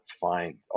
find